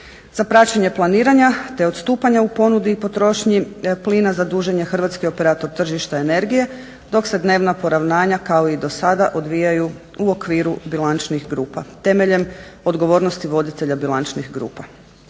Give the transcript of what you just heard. Za plaćanje planiranja te odstupanja u ponudi i potrošnji plina zadužen je hrvatski operator tržišta energije dok se dnevna poravnanja kao i do sada odvijaju u okviru bilančnih grupa temeljem odgovornosti bilančnih grupa.